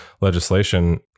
legislation